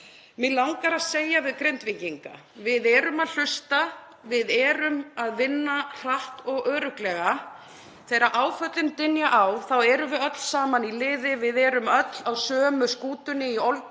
Mig langar að segja við Grindvíkinga: Við erum að hlusta, við erum að vinna hratt og örugglega. Þegar áföllin dynja á erum við öll saman í liði. Við erum öll á sömu skútunni í